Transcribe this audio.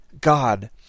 God